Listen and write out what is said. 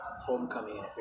Homecoming